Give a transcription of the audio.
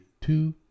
two